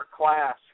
class